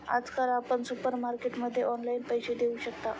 आजकाल आपण सुपरमार्केटमध्ये ऑनलाईन पैसे देऊ शकता